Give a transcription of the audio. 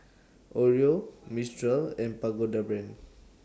Oreo Mistral and Pagoda Brand